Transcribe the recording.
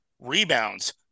Rebounds